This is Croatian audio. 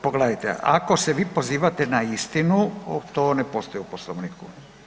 Pogledajte, ako se vi pozivate na istinu, to ne postoji u Poslovniku.